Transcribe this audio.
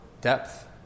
depth